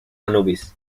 anubis